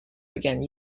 began